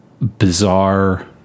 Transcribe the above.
bizarre